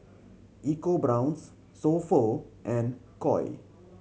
EcoBrown's So Pho and Koi